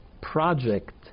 project